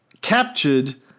captured